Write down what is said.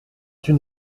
une